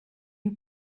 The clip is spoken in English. you